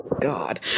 God